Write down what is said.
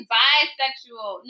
bisexual